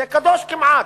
זה קדוש כמעט,